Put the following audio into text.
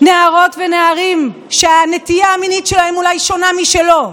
נערות ונערים שהנטייה המינית שלהם אולי שונה משלו.